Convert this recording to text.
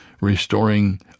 restoring